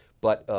but